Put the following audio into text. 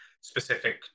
specific